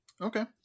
Okay